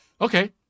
Okay